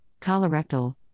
colorectal